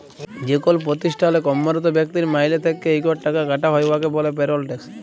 যেকল পতিষ্ঠালে কম্মরত ব্যক্তির মাইলে থ্যাইকে ইকট টাকা কাটা হ্যয় উয়াকে ব্যলে পেরল ট্যাক্স